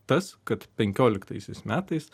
tas kad penkioliktaisiais metais